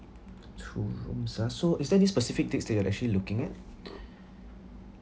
two rooms ah so is there any specific date that you're actually looking at